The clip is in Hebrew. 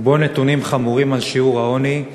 ובו נתונים חמורים על שיעור העוני,